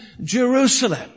Jerusalem